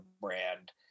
brand